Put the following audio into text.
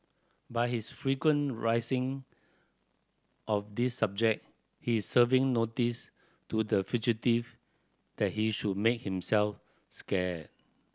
by his frequent raising of this subject he is serving notice to the fugitive that he should make himself scarce